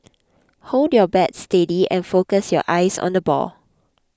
hold your bat steady and focus your eyes on the ball